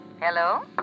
Hello